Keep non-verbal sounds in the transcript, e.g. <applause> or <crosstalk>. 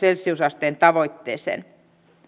<unintelligible> celsiusasteen tavoitteeseen